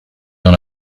dans